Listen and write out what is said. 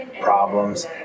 problems